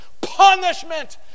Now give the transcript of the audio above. punishment